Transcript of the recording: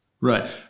Right